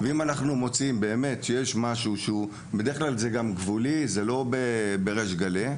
אם אנחנו מוצאים שיש משהו בדרך כלל זה גבולי ולא בריש גלי.